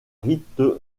rite